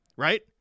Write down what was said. Right